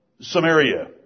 Samaria